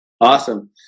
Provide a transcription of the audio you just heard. Awesome